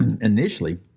initially